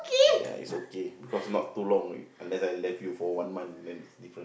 ya it's okay because not too long if unless I left you for one month then it's different